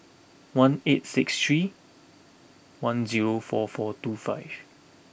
one eight six three one zero four four two five